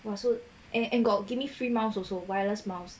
!wah! so and and got give me free mouse also wireless mouse